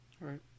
right